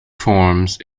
forms